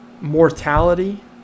mortality